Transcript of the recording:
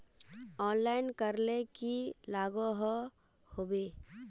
Online करले की लागोहो होबे?